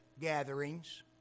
gatherings